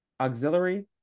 auxiliary